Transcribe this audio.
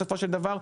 בסופו של דבר,